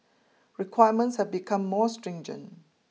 requirements have become more stringent